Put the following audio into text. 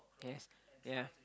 yes ya